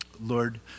Lord